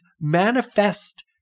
manifest